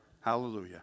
Hallelujah